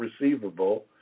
receivable